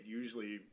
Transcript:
usually